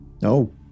No